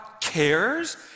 cares